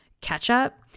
ketchup